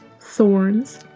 thorns